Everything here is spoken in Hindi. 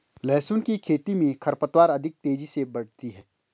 लहसुन की खेती मे खरपतवार अधिक तेजी से बढ़ती है